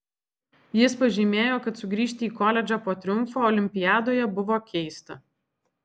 jis pažymėjo kad sugrįžti į koledžą po triumfo olimpiadoje buvo keista